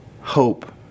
hope